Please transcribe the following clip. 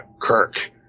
Kirk